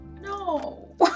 No